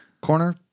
corner